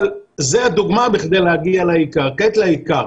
אבל זו דוגמה בכדי להגיע לעיקר, כעת לעיקר.